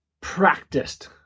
practiced